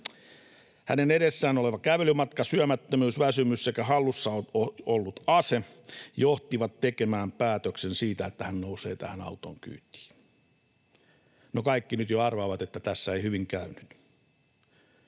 hänen edessään oleva kävelymatka, syömättömyys, väsymys sekä hallussa ollut ase johtivat tekemään päätöksen siitä, että hän nousee tähän auton kyytiin. No, kaikki nyt jo arvaavat, että tässä ei hyvin käynyt.